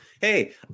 Hey